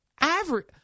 Average